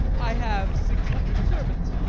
i have six hundred servants.